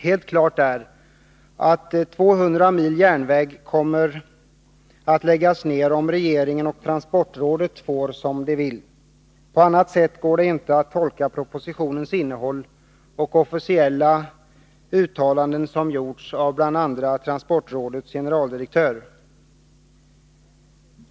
Helt klart är att 200 mil järnväg kommer att läggas ner, om regeringen och transportrådet får som de vill. På annat sätt går det inte att tolka propositionens innehåll och officiella uttalanden som gjorts av bl.a. transportrådets generaldirektör.